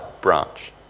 branch